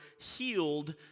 healed